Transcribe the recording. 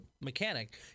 mechanic